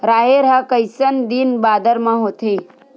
राहेर ह कइसन दिन बादर म होथे?